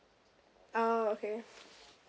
oh okay